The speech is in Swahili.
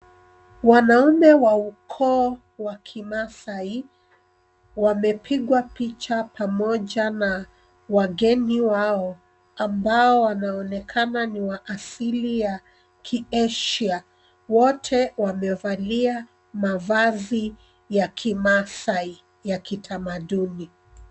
Wanaume wa ukoo wa kimaasai wamepigwa picha pamoja na wageni wao ambao wanaonekana ni wa asili ya kiashia. Wote wamevalia mavazi ya kimaasai ya kitamaduni.